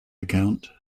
account